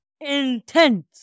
intense